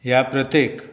ह्या प्रथेक